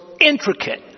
intricate